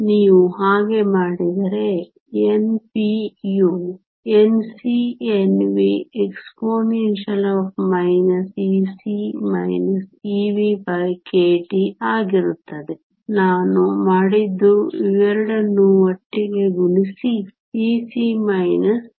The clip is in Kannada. ನೀವು ಹಾಗೆ ಮಾಡಿದರೆ n p ಯು Nc Nv exp Ec EvkT ಆಗಿರುತ್ತದೆ ನಾನು ಮಾಡಿದ್ದು ಇವೆರಡನ್ನು ಒಟ್ಟಿಗೆ ಗುಣಿಸಿ Ec Ev